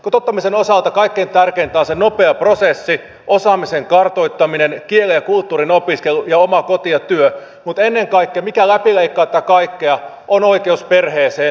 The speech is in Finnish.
kotouttamisen osalta kaikkein tärkeintä on se nopea prosessi osaamisen kartoittaminen kielen ja kulttuurin opiskelu ja oma koti ja työ mutta ennen kaikkea mikä läpileikkaa tätä kaikkea on oikeus perheeseen